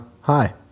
hi